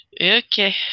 Okay